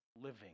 living